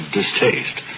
distaste